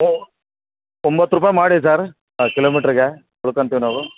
ಹ್ಞೂ ಒಂಬತ್ತು ರೂಪಾಯಿ ಮಾಡಿ ಸರ್ ಕಿಲೋ ಮೀಟ್ರ್ಗೆ ಉಳ್ಕಂತೀವಿ ನಾವು